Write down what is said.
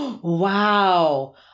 Wow